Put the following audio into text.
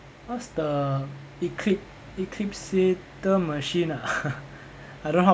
what's the eclip~ elliptical machine ah I don't know how to